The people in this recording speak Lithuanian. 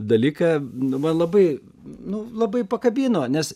dalyką man labai nu labai pakabino nes